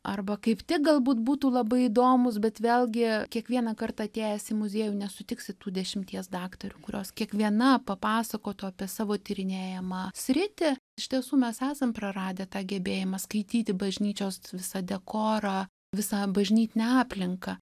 arba kaip tik galbūt būtų labai įdomūs bet vėlgi kiekvieną kartą atėjęs į muziejų nesutiksi tų dešimties daktarių kurios kiekviena papasakotų apie savo tyrinėjamą sritį iš tiesų mes esam praradę tą gebėjimą skaityti bažnyčios visa dekorą visą bažnytinę aplinką